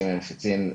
עצים.